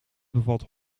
bevat